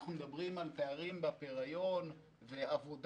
אנחנו מדברים על פערים בפריון ועבודה